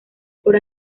por